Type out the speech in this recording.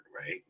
right